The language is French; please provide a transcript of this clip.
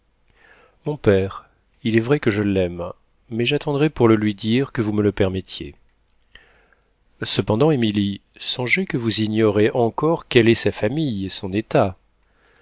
mon père il est vrai que je l'aime mais j'attendrai pour le lui dire que vous me le permettiez cependant émilie songez que vous ignorez encore quelle est sa famille son état